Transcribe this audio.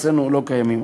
שאצלנו לא קיימים.